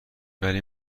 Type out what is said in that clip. ولی